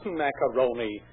macaroni